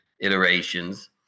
iterations